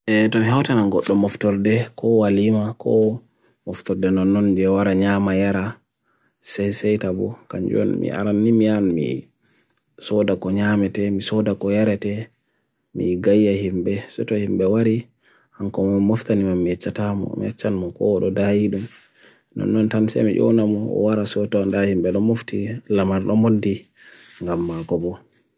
E, tawna hiyehote nangot taw mofto le, ko wali ma, ko mofto le nanunze wara nyama yara seiseite bu kanjwun. Mee aran nimi an, mi soda ko nyamete, mi soda ko yarete, mi gaya himbe, soto himbe wari. Anko mme mofta nime mechata mo, mechan mo ko roda idun. Nanun tan se meyonam o wara soto anda himbe, nanun mofte laman omodi nga mma ko bu.